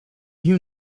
you